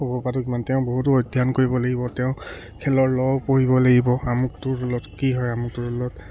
পাতি কিমান তেওঁ বহুতো অধ্যয়ন কৰিব লাগিব তেওঁ খেলৰ ল'ও পঢ়িব লাগিব আমুকটোৰ ৰুলত কি হয় আমুকটো ৰুলত